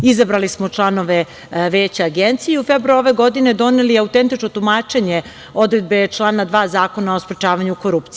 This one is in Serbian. Izabrali smo članove veća Agencije u februaru ove godine, doneli autentično tumačenje odredbe člana 2. Zakona o sprečavanju korupcije.